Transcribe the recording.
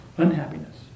unhappiness